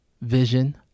vision